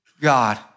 God